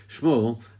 Shmuel